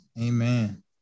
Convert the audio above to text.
Amen